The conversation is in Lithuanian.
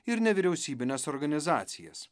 ir nevyriausybines organizacijas